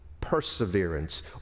perseverance